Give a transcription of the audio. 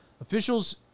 Officials